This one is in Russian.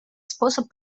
способ